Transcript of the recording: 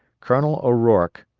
colonel o'rorke,